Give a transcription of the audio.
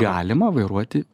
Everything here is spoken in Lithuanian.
galima vairuoti